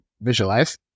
visualize